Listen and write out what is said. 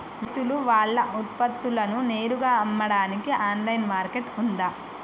రైతులు వాళ్ల ఉత్పత్తులను నేరుగా అమ్మడానికి ఆన్లైన్ మార్కెట్ ఉందా?